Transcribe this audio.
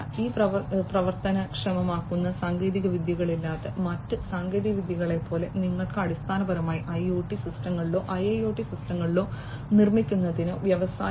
ഈ പ്രവർത്തനക്ഷമമാക്കുന്ന സാങ്കേതികവിദ്യകളില്ലാതെ മറ്റ് സാങ്കേതികവിദ്യകളെപ്പോലെ നിങ്ങൾക്ക് അടിസ്ഥാനപരമായി IoT സിസ്റ്റങ്ങളോ IIoT സിസ്റ്റങ്ങളോ നിർമ്മിക്കുന്നതിനോ വ്യവസായ 4